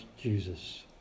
Jesus